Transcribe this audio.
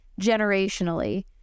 generationally